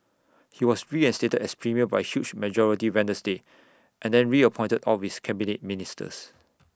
he was reinstated as premier by A huge majority Wednesday and then reappointed all of his Cabinet Ministers